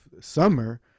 summer